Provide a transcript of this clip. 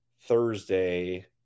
Thursday